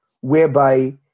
whereby